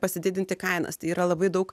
pasididinti kainas tai yra labai daug